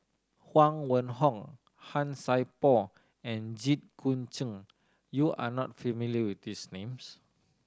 Huang Wenhong Han Sai Por and Jit Koon Ch'ng you are not familiar with these names